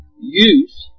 use